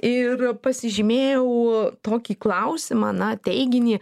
ir pasižymėjau tokį klausimą na teiginį